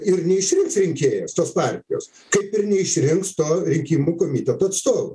ir neišrinks rinkėjas tos partijos kaip ir neišrinks to rinkimų komiteto atstovų